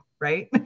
Right